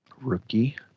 rookie